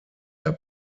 der